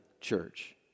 church